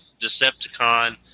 Decepticon